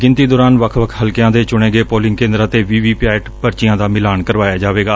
ਗਿਣਤੀ ਦੌਰਾਨ ਵੱਖ ਵੱਖ ਹਲਕਿਆਂ ਦੇ ਚੁਣੇ ਗਏ ਪੋਲਿੰਗ ਕੇਂਦਰਾਂ ਤੇ ਵੀ ਵੀ ਪੈਟ ਪਰਚੀਆਂ ਦਾ ਮਿਲਾਣ ਕਰਵਾਇਆ ਜਾਵੇਗਾ